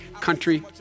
country